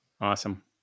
Awesome